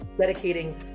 dedicating